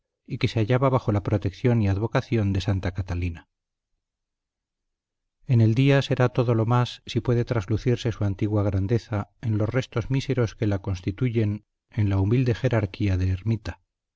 y que se hallaba bajo la protección y advocación de santa catalina en el día será todo lo más si puede traslucirse su antigua grandeza en los restos míseros que la constituyen en la humilde jerarquía de ermita